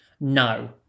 No